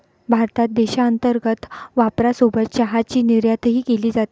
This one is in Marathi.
भारतात देशांतर्गत वापरासोबत चहाची निर्यातही केली जाते